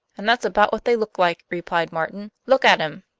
and that's about what they look like, replied martin. look at em!